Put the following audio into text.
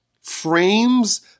frames